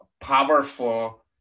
powerful